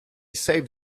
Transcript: saved